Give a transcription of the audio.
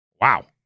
Wow